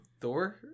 Thor